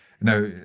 Now